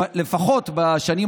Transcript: נשי,